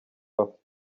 bafite